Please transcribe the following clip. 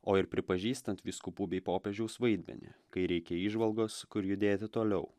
o ir pripažįstant vyskupų bei popiežiaus vaidmenį kai reikia įžvalgos kur judėti toliau